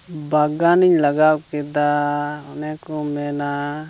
ᱵᱟᱜᱟᱱ ᱤᱧ ᱞᱟᱜᱟᱣ ᱠᱮᱫᱟ ᱚᱱᱮ ᱠᱚ ᱢᱮᱱᱟ